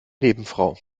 nebenfrau